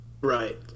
Right